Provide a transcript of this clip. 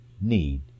need